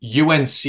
UNC